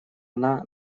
она